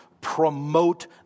promote